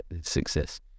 success